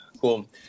Cool